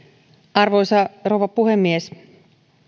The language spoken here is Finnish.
arvoisa rouva puhemies